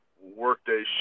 workday